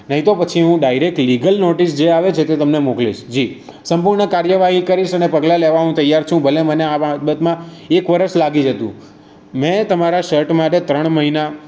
નહીં તો પછી હું ડાયરેક તમને લીગલ નોટિસ જે આવે છે તે તમને મોકલીશ જી સંપૂર્ણ કાર્યવાહી કરીશ અને પગલા લેવા હું તૈયાર છું ભલે મને આ બાબતમાં એક વરસ લાગી જતું મેં તમારા શર્ટ માટે ત્રણ મહિના